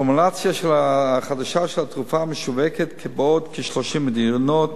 הפורמולציה החדשה של התרופה משווקת בעוד כ-30 מדינות,